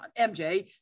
mj